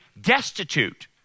destitute